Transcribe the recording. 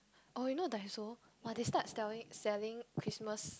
oh you know Daiso !wah! they start selling selling Christmas